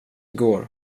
går